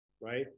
right